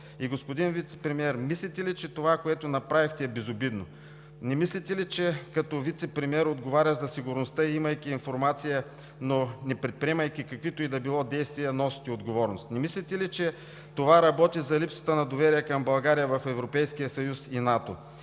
И, господин Вицепремиер, мислите ли, че това, което направихте, е безобидно? Не мислите ли, че като вицепремиер, отговарящ за сигурността и имайки информация, но непредприемайки каквито и да било действия, носите отговорност? Не мислите ли, че това работи за липсата на доверие към България в Европейския съюз и НАТО,